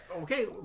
Okay